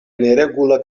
neregula